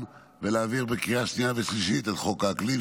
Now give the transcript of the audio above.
ולהעביר בקריאה שנייה ושלישית את חוק האקלים,